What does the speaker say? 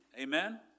Amen